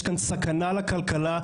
יש כאן סכנה לכלכלה,